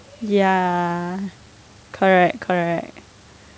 ya correct correct